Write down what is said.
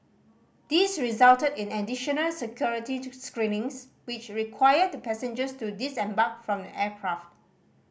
this resulted in additional security screenings which required the passengers to disembark from the aircraft